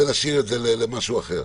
נשאיר את זה למשהו אחר.